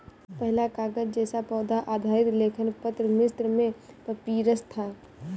पहला कागज़ जैसा पौधा आधारित लेखन पत्र मिस्र में पपीरस था